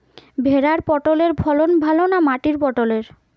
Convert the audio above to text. ভেরার পটলের ফলন ভালো না মাটির পটলের?